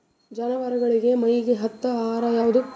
ಜಾನವಾರಗೊಳಿಗಿ ಮೈಗ್ ಹತ್ತ ಆಹಾರ ಯಾವುದು?